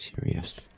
serious